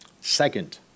Second